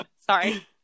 Sorry